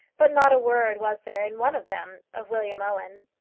but not a word was there in one of them of william owen.